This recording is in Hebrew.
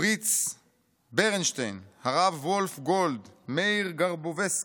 פריץ ברנשטיין, הרב וולף גולד, מאיר גרבובסקי,